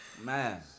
Man